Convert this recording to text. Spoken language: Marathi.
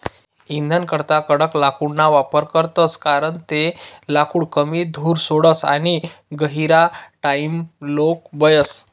इंधनकरता कडक लाकूडना वापर करतस कारण ते लाकूड कमी धूर सोडस आणि गहिरा टाइमलोग बयस